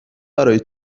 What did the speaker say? برای